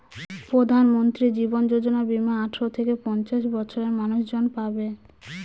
প্রধানমন্ত্রী জীবন যোজনা বীমা আঠারো থেকে পঞ্চাশ বছরের মানুষজন পাবে